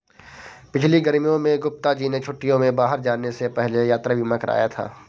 पिछली गर्मियों में गुप्ता जी ने छुट्टियों में बाहर जाने से पहले यात्रा बीमा कराया था